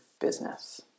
business